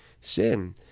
sin